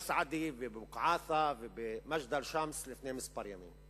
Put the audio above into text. במסעדה, בבוקעאתא ובמג'דל-שמס לפני כמה ימים.